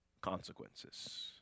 consequences